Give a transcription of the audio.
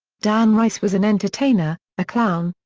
dan rice was an entertainer, a clown,